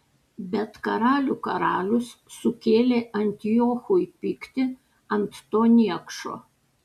bet karalių karalius sukėlė antiochui pyktį ant to niekšo